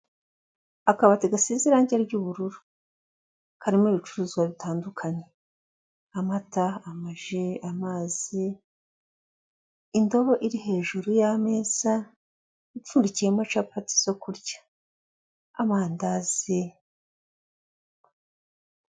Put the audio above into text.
Akabati gasize irangi ry'ubururu, karimo ibicuruzwa bitandukanye: Amata, amaji, amazi, indobo iri hejuru y'ameza ipfundikiyemo capati zo kurya. Amandazi.